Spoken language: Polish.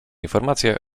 informację